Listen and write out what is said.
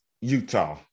Utah